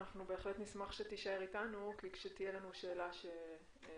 בהחלט נשמח שתישאר איתנו ואם תהיה לנו שאלה שלא